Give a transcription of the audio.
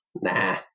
nah